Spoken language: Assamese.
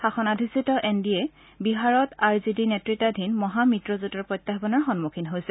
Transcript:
শাসনাধিষ্ঠিত এন ডি এ বিহাৰত আৰ জে ডিৰ নেত়ত্বাধীন মহা মিত্ৰজোটৰ প্ৰত্যায়ানৰ সন্মুখীন হৈছে